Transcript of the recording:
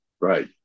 Right